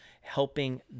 helping